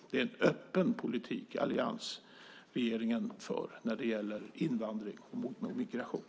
Det är en öppen politik som alliansregeringen för när det gäller invandring och migration.